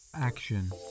Action